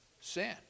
Sin